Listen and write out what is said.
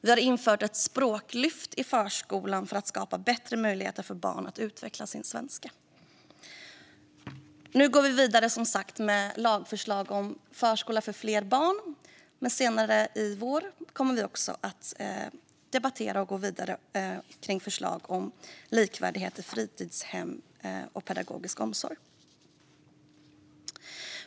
Vi har infört ett språklyft i förskolan för att skapa bättre möjligheter för barn att utveckla sin svenska. Nu går vi vidare med lagförslag om förskola för fler barn. Senare i vår kommer vi också att debattera och gå vidare med förslag om likvärdighet i fritidshem och pedagogisk omsorg.